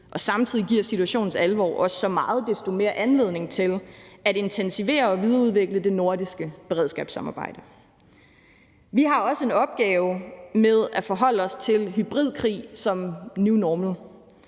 Samtidig giver situationens alvor også så meget desto mere anledning til at intensivere og videreudvikle det nordiske beredskabssamarbejde. Vi har også en opgave med at forholde os til hybridkrig som new normal.